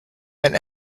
and